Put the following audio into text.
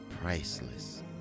priceless